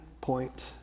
point